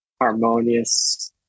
harmonious